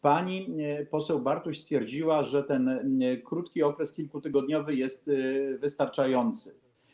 Pani poseł Bartuś stwierdziła, że ten krótki okres kilkutygodniowy jest wystarczający.